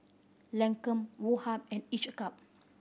Lancome Woh Hup and Each a Cup